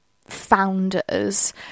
founders